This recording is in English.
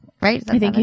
Right